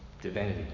divinity